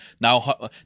Now